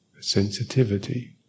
sensitivity